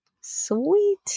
Sweet